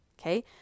Okay